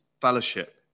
fellowship